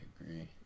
agree